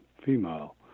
female